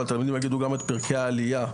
אבל התלמידים יכירו גם את פרקי העלייה,